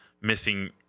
missing